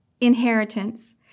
inheritance